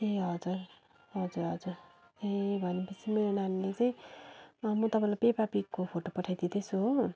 ए हजुर हजुर हजुर ए भनेपछि मेरो नानीले चाहिँ म तपाईँलाई पेपा पिगको फोटो पठाइदिँदैछु हो